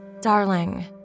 Darling